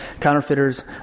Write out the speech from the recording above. Counterfeiters